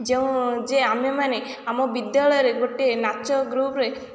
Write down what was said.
ଯେଉଁ ଯେ ଆମେମାନେ ଆମ ବିଦ୍ୟାଳୟର ଗୋଟେ ନାଚ ଗ୍ରୁପ୍ରେ